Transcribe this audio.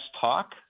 talk—